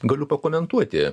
galiu pakomentuoti